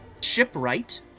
shipwright